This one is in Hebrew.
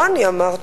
לא אני אמרתי.